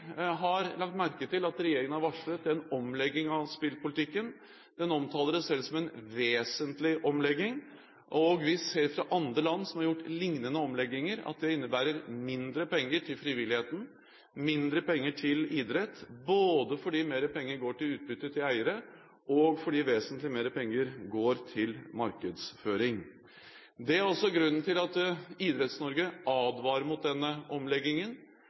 har lagt merke til at regjeringen har varslet en omlegging av spillpolitikken. Den omtaler det selv som en vesentlig omlegging, og vi ser fra andre land som har gjort lignende omlegginger, at det innebærer mindre penger til frivilligheten, mindre penger til idrett, både fordi mer penger går til utbytte til eiere, og fordi vesentlig mer penger går til markedsføring. Det er også grunnen til at Idretts-Norge advarer mot denne omleggingen,